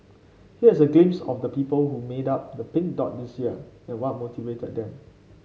here is a glimpse of the people who made up the Pink Dot this year and what motivated them